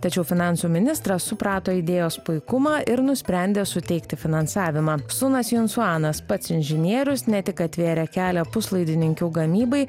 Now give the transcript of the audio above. tačiau finansų ministras suprato idėjos puikumą ir nusprendė suteikti finansavimą sunas junsuanas pats inžinierius ne tik atvėrė kelią puslaidininkių gamybai